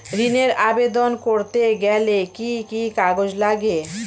ঋণের আবেদন করতে গেলে কি কি কাগজ লাগে?